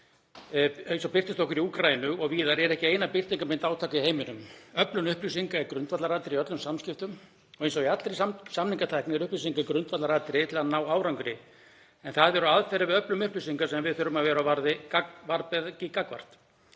eins og birtist okkur í Úkraínu og víðar er ekki eina birtingarmynd átaka í heiminum. Öflun upplýsinga er grundvallaratriði í öllum samskiptum og eins og í allri samningatækni eru upplýsingar grundvallaratriði til að ná árangri. En það eru aðferðir við öflum upplýsinga sem við þurfum að vera á varðbergi gagnvart.